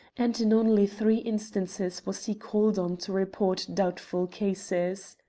and in only three instances was he called on to report doubtful cases.